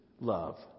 love